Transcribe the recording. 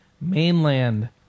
Mainland